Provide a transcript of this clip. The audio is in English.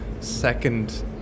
second